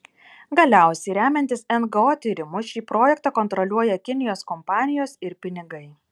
galiausiai remiantis ngo tyrimu šį projektą kontroliuoja kinijos kompanijos ir pinigai